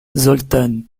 zoltán